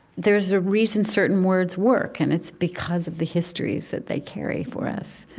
there's a reason certain words work, and it's because of the histories that they carry for us.